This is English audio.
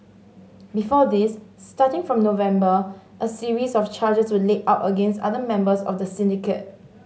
before this starting from November a series of charges were laid out against other members of the syndicate